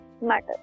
matter